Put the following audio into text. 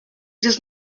does